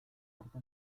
arte